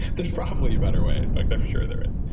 there's probably a better way. in fact i'm sure there is.